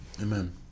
amen